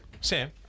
Sam